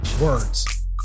words